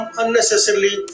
unnecessarily